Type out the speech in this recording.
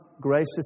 gracious